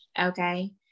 Okay